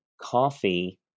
coffee